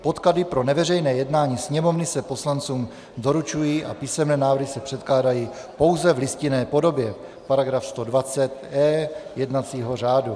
Podklady pro neveřejné jednání Sněmovny se poslancům doručují a písemné návrhy se předkládají pouze v listinné podobě § 120e jednacího řádu.